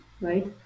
right